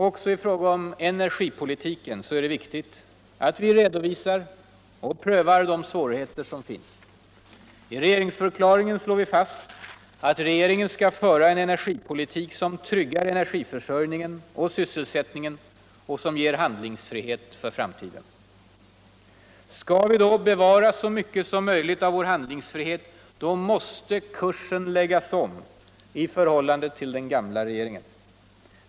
Också i fråga om cenergipolitiken är det viktigt att vi redovisar och prövar de svårigheter som finns. I regeringsförklaringen sltås fast att regeringen skall föra en energipolivik som tryggar energiförsörjningen och sysselsättningen samt ger handlingsfrihet för framtiden. Skall vi bevara så mycket som möjligt av vår handlingsfrihet, måste kursen liggas om i förhållande till den gamla regeringens.